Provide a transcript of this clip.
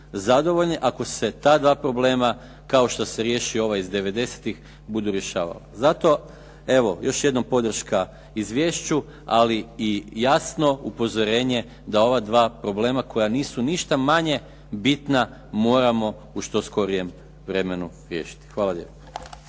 zadovoljni ako se ta dva problema kao što se riješio ovaj iz '90.-ih bude rješavao. Zato, evo još jednom podrška izvješću, ali i jasno upozorenje da ova dva problema koja nisu ništa manje bitna moramo u što skorijem vremenu riješiti. Hvala lijepo.